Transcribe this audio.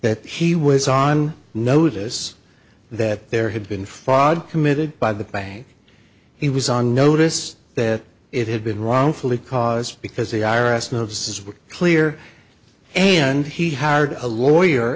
that he was on notice that there had been fahd committed by the bank he was on notice that it had been wrongfully cause because the i r s notices were clear and he hired a lawyer